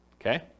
okay